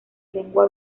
lengua